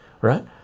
right